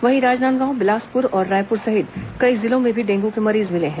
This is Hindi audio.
वहीं राजनांदगांव बिलासपुर और रायपुर सहित कई जिलों में भी डेंगू के मरीज मिले हैं